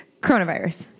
Coronavirus